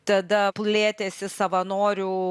tada plėtėsi savanorių